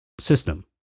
system